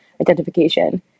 identification